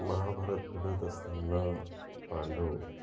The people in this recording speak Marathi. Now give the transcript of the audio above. महाभारत घडत असताना पांडव